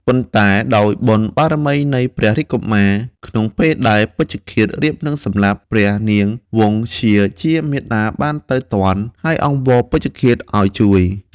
ប៉ុន្តែដោយបុណ្យបារមីនៃព្រះរាជកុមារ ក្នុងពេលដែលពេជ្ឈឃាដរៀបនឹងសម្លាប់ ព្រះនាងវង្សធ្យាជាមាតាបានទៅទាន់ ហើយអង្វរពេជ្ឈឃាតឱ្យជួយ។